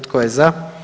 Tko je za?